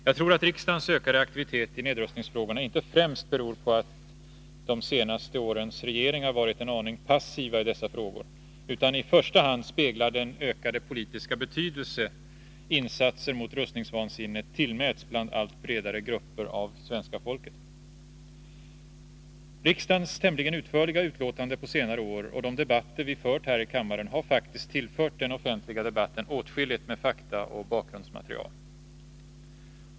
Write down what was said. Jag tror att riksdagens ökade aktivitet i nedrustningsfrågorna inte främst beror på att de senaste årens regeringar varit en aning passiva i dessa frågor utan i första hand speglar den ökade politiska betydelse som insatser mot rustningsvansinnet tillmäts bland allt bredare grupper av svenska folket. Riksdagens tämligen utförliga utlåtanden på senare år och de diskussioner som vi fört här i kammaren har faktiskt tillfört den offentliga debatten åtskilligt med fakta och bakgrundsmaterial.